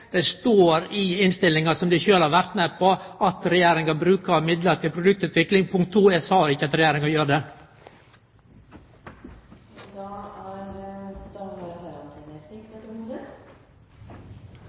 Det står i innstillinga, som dei sjølve har vore med på, at Regjeringa brukar midlar til produktutvikling. Punkt 2: Eg sa ikkje at Regjeringa gjer det.